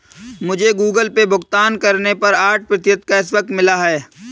मुझे Google Pay भुगतान करने पर आठ प्रतिशत कैशबैक मिला है